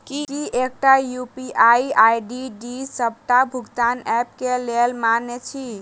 की एकटा UPI ID डी सबटा भुगतान ऐप केँ लेल मान्य अछि?